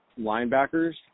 linebackers